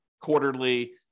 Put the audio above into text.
quarterly